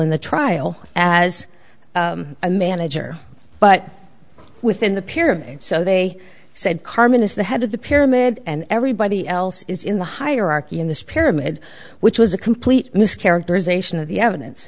in the trial as a manager but within the pyramid so they said carmen is the head of the pyramid and everybody else is in the hierarchy in this pyramid which was a complete mischaracterization of the